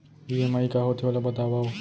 EMI का होथे, ओला बतावव